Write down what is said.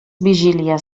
vigílies